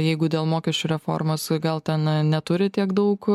jeigu dėl mokesčių reformos gal ten neturi tiek daug